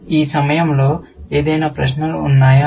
ఈ సమయంలో ఏదైనా ప్రశ్నలు ఉన్నాయా